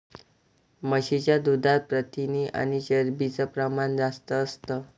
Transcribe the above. म्हशीच्या दुधात प्रथिन आणि चरबीच प्रमाण जास्त असतं